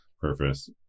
purpose